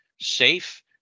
safe